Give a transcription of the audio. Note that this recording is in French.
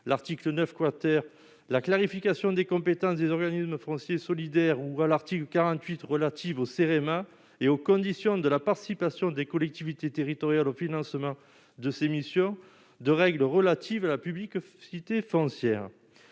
l'article 9 quater la clarification des compétences, des organismes français solidaire ou à l'article 48 relative au CEREMA et aux conditions de la participation des collectivités territoriales au financement de ces missions de règles relatives à la publique cité foncière